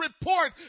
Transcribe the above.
report